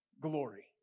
glory